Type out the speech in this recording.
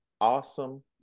awesome